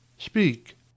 speak